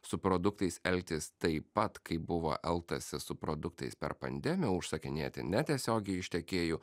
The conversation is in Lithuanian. su produktais elgtis taip pat kaip buvo elgtasi su produktais per pandemiją užsakinėti ne tiesiogiai iš tiekėjų